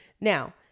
Now